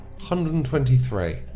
123